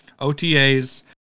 OTAs